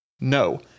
No